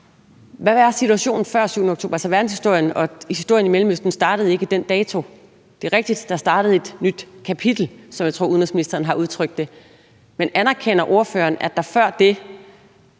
var situationen før den 7. oktober? Altså verdenshistorien og historien i Mellemøsten startede ikke på den dato. Det er rigtigt, at der startede et nyt kapitel, som jeg tror udenrigsministeren har udtrykt det. Men anerkender ordføreren, at der før det